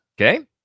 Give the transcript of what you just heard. Okay